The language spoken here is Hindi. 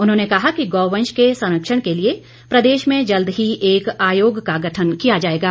उन्होंने कहा कि गौ वंश के संरक्षण के लिए प्रदेश में जल्द ही एक आयोग का गठन किया जाएगा